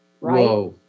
right